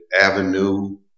Avenue